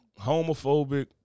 homophobic